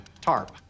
tarp